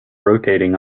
rotating